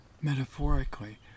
metaphorically